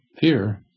fear